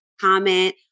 comment